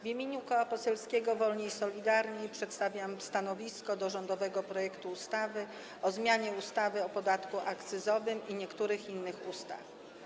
W imieniu Koła Poselskiego Wolni i Solidarni przedstawiam stanowisko wobec rządowego projektu ustawy o zmianie ustawy o podatku akcyzowym oraz o zmianie niektórych innych ustaw.